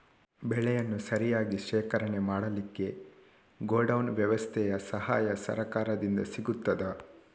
ಬೆಳೆಯನ್ನು ಸರಿಯಾಗಿ ಶೇಖರಣೆ ಮಾಡಲಿಕ್ಕೆ ಗೋಡೌನ್ ವ್ಯವಸ್ಥೆಯ ಸಹಾಯ ಸರಕಾರದಿಂದ ಸಿಗುತ್ತದಾ?